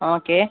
okay